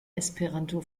esperanto